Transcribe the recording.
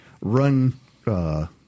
run